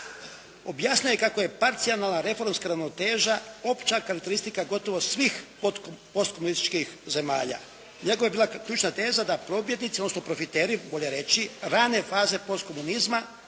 objasnio je kako je parcijalna reformska ravnoteža opća karakteristika pogotovo svih postkomunističkih zemalja, nego je bila ključna teza da pobjednici, odnosno profiteri bolje reći rane faze postkomunizma,